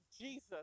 Jesus